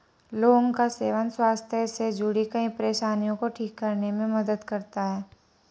लौंग का सेवन स्वास्थ्य से जुड़ीं कई परेशानियों को ठीक करने में मदद करता है